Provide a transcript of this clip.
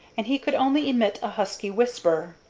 and he could only emit a husky whisper.